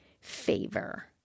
favor